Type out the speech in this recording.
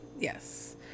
Yes